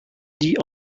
die